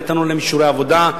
נתנו להם אישורי עבודה,